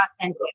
authentic